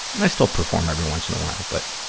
and i still perform every once in a while. but,